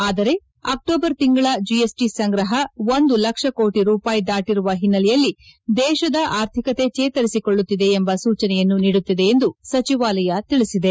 ಆದರೆ ಅಕ್ಲೋಬರ್ ತಿಂಗಳ ಜಿಎಸ್ಟಿ ಸಂಗ್ರಹ ಒಂದು ಲಕ್ಷ ಕೋಟಿ ರೂಪಾಯಿ ದಾಟಿರುವ ಹಿನ್ನೆಲೆಯಲ್ಲಿ ದೇಶದ ಅರ್ಥಿಕತೆ ಚೇತರಿಸಿಕೊಳ್ಲುತ್ತಿದೆ ಎಂಬ ಸೂಚನೆಯನ್ನು ನೀಡುತ್ಲಿದೆ ಎಂದು ಸಚಿವಾಲಯ ತಿಳಿಸಿದೆ